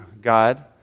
God